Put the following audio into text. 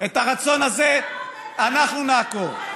את הרצון הזה אנחנו נעקור.